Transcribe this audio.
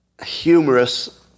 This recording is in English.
humorous